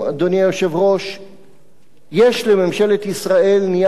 יש לממשלת ישראל נייר עבודה מצוין שהיא